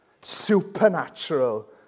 supernatural